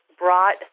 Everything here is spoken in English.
brought